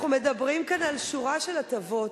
אנחנו מדברים כאן על שורה של הטבות.